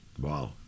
Wow